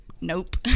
nope